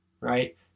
right